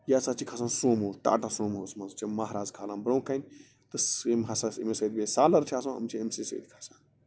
یہ ہسا چھِ کھسان سوموس ٹاٹا سوموہَس منٛز چھِ مہراز کھالان برٛونٛہہ کنہِ تہٕ یِم ہسا أمِس سۭتۍ سالر چھِ آسان یِم چھِ أمۍسٕے سٍتۍ کھسان